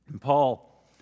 Paul